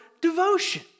devotion